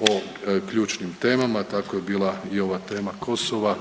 o ključnim temama, tako je bila i ova tema Kosova